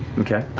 okay.